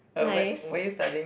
nice